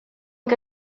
que